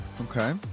Okay